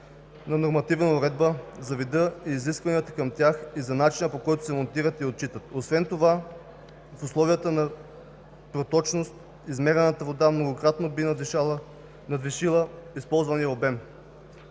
на нормативна уредба за вида и изискванията към тях и за начина, по който се монтират и отчитат. Освен това, в условията на проточност измерената вода многократно би надвишила използвания обем,